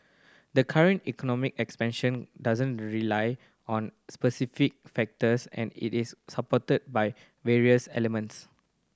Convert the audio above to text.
the current economic expansion doesn't rely on specific factors and it is supported by various elements